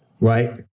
Right